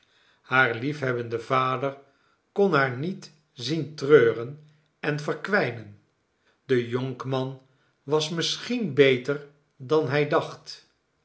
haar liefhebbende vader kon haar niet zien treuren en verkwijnen de jonkman was misschien beter dan hij dacht